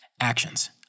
Actions